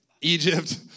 Egypt